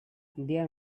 there